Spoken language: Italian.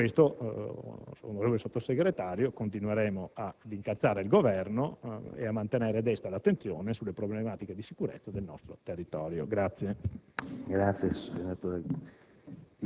Per questo, onorevole Sottosegretario, continueremo ad incalzare il Governo, per mantenere l'attenzione desta sulle problematiche di sicurezza del nostro territorio.